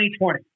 2020